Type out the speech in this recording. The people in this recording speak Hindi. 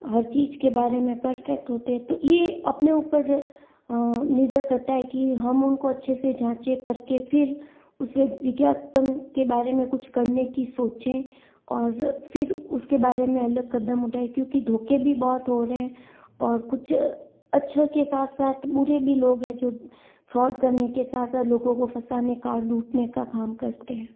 हर चीज़ के बारे में परफ़ेक्ट होते हैं तो ये अपने ऊपर निर्भर करता है कि हम उनको अच्छे से जाँचें परखें फिर उसे विज्ञापन के बारे में कुछ करने की सोचें और फिर उसके बारे में अलग क़दम उठाएं क्योंकि धोके भी बहुत हो रहे हैं और कुछ अच्छों के साथ साथ बुरे भी लोग हैं जो फ़्रॉड करने के साथ साथ लोगों को फसाने का लूटने का काम करते हैं